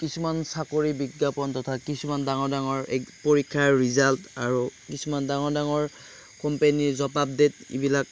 কিছুমান চাকৰি বিজ্ঞাপন তথা কিছুমান ডাঙৰ ডাঙৰ পৰীক্ষাৰ ৰিজাল্ট আৰু কিছুমান ডাঙৰ ডাঙৰ কোম্পেনীৰ জব আপদেটবিলাক